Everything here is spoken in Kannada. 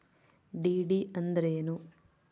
ಡಿ.ಡಿ ಅಂದ್ರೇನು?